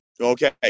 okay